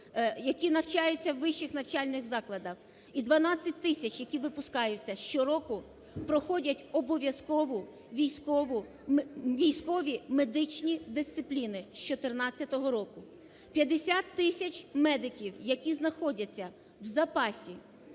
які навчаються в вищих навчальних закладах, і 12 тисяч, які випускаються щороку, проходять обов'язкову, військові медичні дисципліни з 14-го року. 50 тисяч медиків, які знаходяться в запасі,